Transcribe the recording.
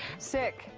sick,